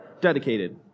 dedicated